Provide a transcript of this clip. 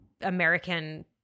American